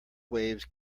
waves